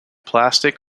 plastic